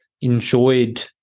enjoyed